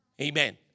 Amen